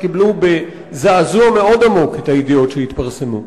שקיבלו בזעזוע מאוד עמוק את הידיעות שהתפרסמו.